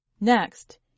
Next